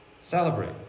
Celebrate